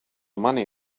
money